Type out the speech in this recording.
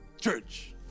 church